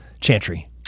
Chantry